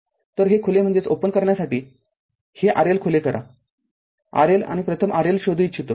तर हे खुले करण्यासाठी हे RL खुले करा RL आणि प्रथम RL शोधू इच्छितो